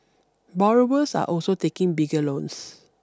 borrowers are also taking bigger loans